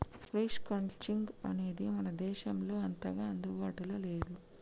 sheep crutching అనేది మన దేశంలో అంతగా అందుబాటులో లేదు